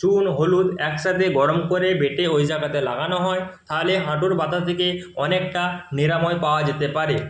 চুন হলুদ একসাতে গরম করে বেটে ওই জায়গাতে লাগানো হয় তাহলে হাঁটুর বাথা থেকে অনেকটা নিরাময় পাওয়া যেতে পারে